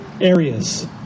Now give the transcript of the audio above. areas